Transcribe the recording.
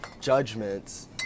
judgments